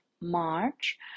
March